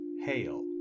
Hail